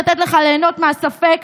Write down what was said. לתת לך ליהנות מהספק,